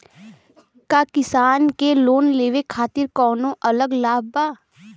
का किसान के लोन लेवे खातिर कौनो अलग लाभ बा?